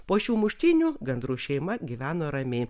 po šių muštynių gandrų šeima gyveno ramiai